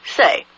Say